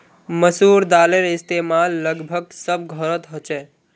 मसूर दालेर इस्तेमाल लगभग सब घोरोत होछे